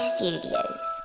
Studios